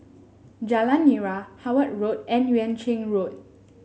Jalan Nira Howard Road and Yuan Ching Road